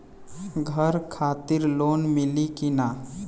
घर खातिर लोन मिली कि ना?